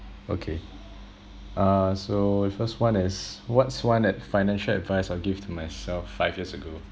okay uh so first one is what's one ad~ financial advice I'll give to myself five years ago